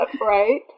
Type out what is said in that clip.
right